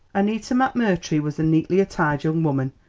annita mcmurtry was a neatly attired young woman,